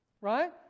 right